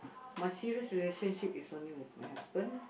my serious relationship is only with my husband ah